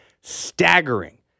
staggering